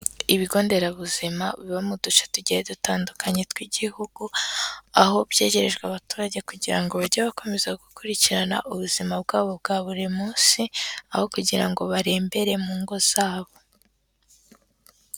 Ibigo nderabuzima biba mu duce tugira dutandukanye tw'igihugu, aho byegerejwe abaturage kugira ngo bajye bakomeza gukurikirana ubuzima bwabo bwa buri munsi, aho kugira ngo barembere mu ngo zabo.